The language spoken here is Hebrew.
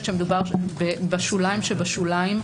זאת השאלה, האם המגבלה חלה עליהם או לא?